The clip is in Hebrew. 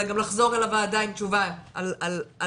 גם לחזור אל הועדה עם תוצאות החשיבה.